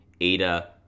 Ada